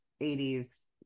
80s